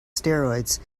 steroids